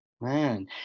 Man